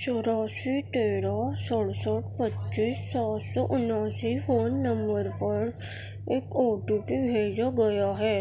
چوراسی تیرہ سڑسٹھ پچیس سات سو انیاسی فون نمبر پر ایک او ٹی پی بھیجا گیا ہے